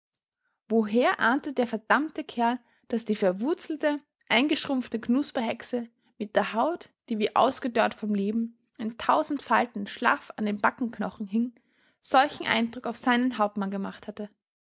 woher ahnte der verdammte kerl daß die verwuzelte eingeschrumpfte knusperhexe mit der haut die wie ausgedörrt vom leben in tausend falten schlaff an den backenknochen hing solchen eindruck auf seinen hauptmann gemacht hatte